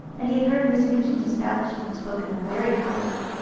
and he had heard miss minchin's establishment spoken of very highly.